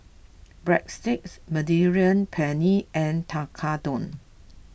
Breadsticks Mediterranean Penne and Tekkadon